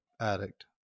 addict